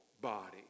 body